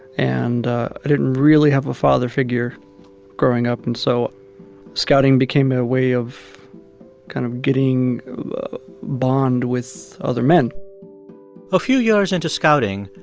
and i didn't really have a father figure growing up. and so scouting became a way of kind of getting a bond with other men a few years into scouting,